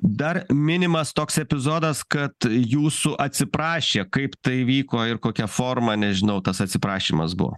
dar minimas toks epizodas kad jūsų atsiprašė kaip tai įvyko ir kokia forma nežinau tas atsiprašymas buvo